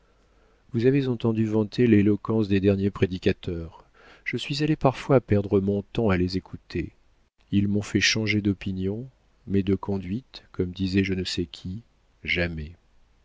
vous avez entendu vanter l'éloquence des derniers prédicateurs je suis allé parfois perdre mon temps à les écouter ils m'ont fait changer d'opinion mais de conduite comme disait je ne sais qui jamais